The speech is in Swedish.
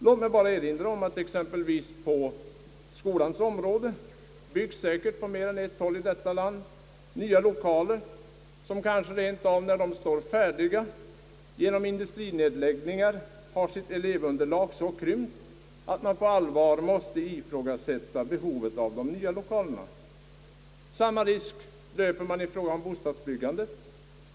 Låt mig bara erinra om att på exempelvis skolans område byggs säkert på mer än ett håll i detta land nya lokaler, som kanske rent av när de står färdiga genom industrinedläggningar har sitt elevunderlag så krympt, att man på allvar måste ifrågasätta behovet av de nya lokalerna. Samma risk löper man i fråga om bostadsbyggandet.